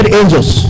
angels